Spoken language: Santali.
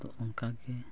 ᱛᱳ ᱚᱱᱠᱟᱜᱮ